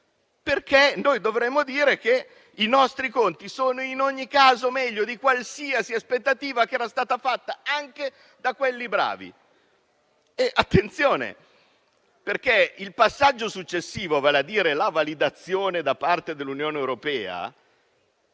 perché dovremmo dire che in ogni caso i nostri conti sono migliori di qualsiasi aspettativa che era stata fatta anche da quelli bravi. Attenzione, perché il passaggio successivo, vale a dire la validazione da parte dell'Unione europea,